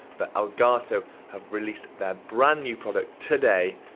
but elgato have released their brand new product today,